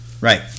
Right